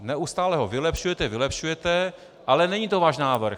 Neustále ho vylepšujete, vylepšujete, ale není to váš návrh.